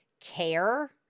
care